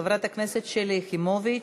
חברת הכנסת שלי יחימוביץ,